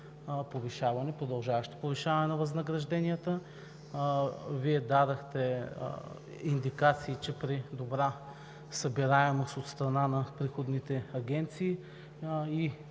за продължаващо повишаване на възнагражденията. Вие дадохте индикации, че при добра събираемост от страна на приходните агенции